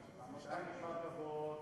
שאם אתה מסתפק אז אין עמדות נוספות,